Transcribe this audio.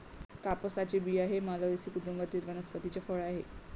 कापसाचे बिया हे मालवेसी कुटुंबातील वनस्पतीचे फळ आहे